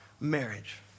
marriage